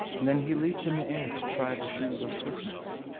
then he leaped in the air to try the shoes of swiftness,